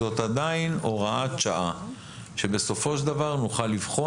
זאת עדיין הוראת שעה שבסופו של דבר נוכל לבחון